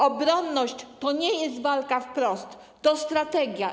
Obronność to nie jest walka wprost, to strategia.